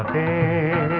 a